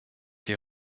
die